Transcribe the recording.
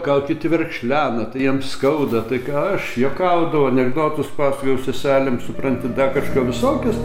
gal kiti verkšlena tai jiem skauda tai ką aš juokaudavau anekdotus pasakojau seselėm supranti dar kažką visokius